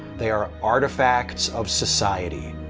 they are artifacts of society,